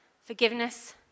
forgiveness